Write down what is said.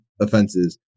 offenses